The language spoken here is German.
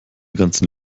ganzen